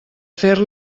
fer